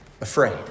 afraid